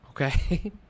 okay